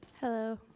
Hello